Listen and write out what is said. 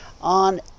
on